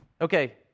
Okay